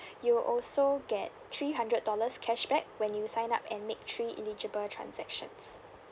you will also get three hundred dollars cashback when you sign up and make three eligible transactions